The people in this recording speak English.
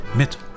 Met